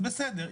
אז בסדר,